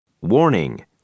Warning